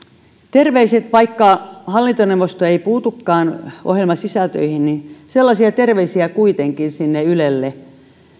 vaikka hallintoneuvosto ei puutukaan ohjelmasisältöihin niin sellaisia terveisiä kuitenkin sinne ylelle